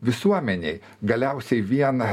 visuomenei galiausiai vien